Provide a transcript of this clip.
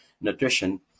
nutrition